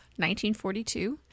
1942